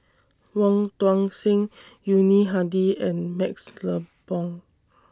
Wong Tuang Seng Yuni Hadi and MaxLe Blond